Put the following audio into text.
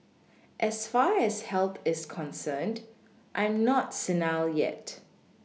as far as health is concerned I'm not senile yet